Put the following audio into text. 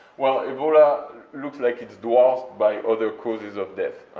well, ebola looks like it's dwarfed by other causes of death.